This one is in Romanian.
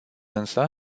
însă